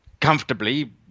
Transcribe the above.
comfortably